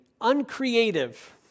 uncreative